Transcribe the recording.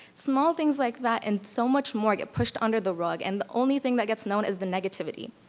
small things like that and so much more get pushed under the rug, and the only thing that gets known is the negativity.